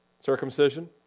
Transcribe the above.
circumcision